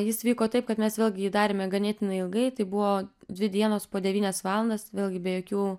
jis vyko taip kad mes vėlgi jį darėme ganėtinai ilgai tai buvo dvi dienos po devynias valandas vėlgi be jokių